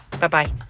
bye-bye